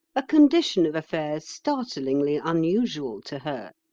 a condition of affairs startlingly unusual to her.